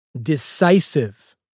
decisive